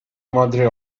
madre